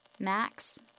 Max